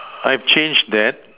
I changed that